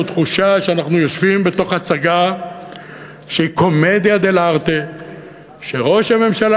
יש לנו תחושה שאנחנו יושבים בתוך הצגה של קומדיה דל'ארטה שראש הממשלה